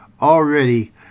already